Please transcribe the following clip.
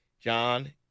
John